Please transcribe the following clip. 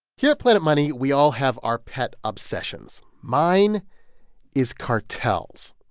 here at planet money, we all have our pet obsessions. mine is cartels.